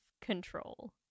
control